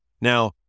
Now